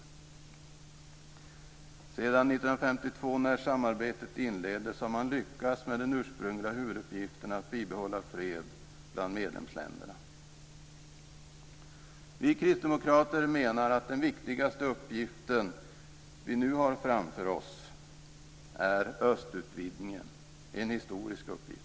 Sedan 1952, när samarbetet inleddes, har man lyckats med den ursprungliga huvuduppgiften att bibehålla fred bland medlemsländerna. Vi kristdemokrater menar att den viktigaste uppgiften vi nu har framför oss är östutvidgningen - en historisk uppgift.